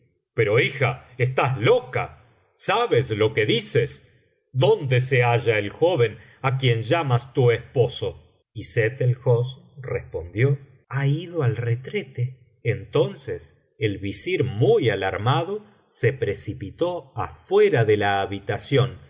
pero hija estás loca sabes lo que dices dónde se halla el joven á quien llamas tu esposo y sett el hosn respondió ha ido al retrete entonces el visir muy alarmado se precipitó afuera de la habitación